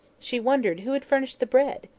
she wondered who had furnished the bread?